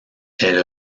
elle